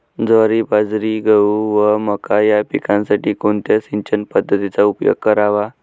ज्वारी, बाजरी, गहू व मका या पिकांसाठी कोणत्या सिंचन पद्धतीचा उपयोग करावा?